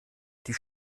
die